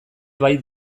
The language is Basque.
bai